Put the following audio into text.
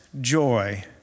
joy